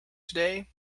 today